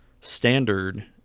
Standard